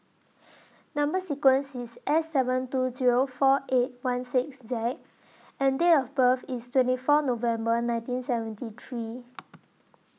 Number sequence IS S seven two Zero four eight one six Z and Date of birth IS twenty four November nineteen seventy three